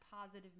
positive